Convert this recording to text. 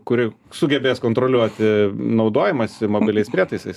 kuri sugebės kontroliuoti naudojimąsi mobiliais prietaisais